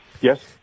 Yes